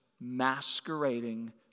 masquerading